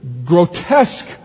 Grotesque